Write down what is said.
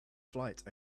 flight